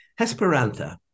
Hesperantha